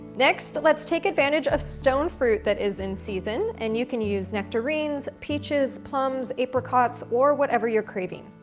next, let's take advantage of stone fruit that is in season. and you can use nectarines, peaches, plums, apricots, or whatever you're craving.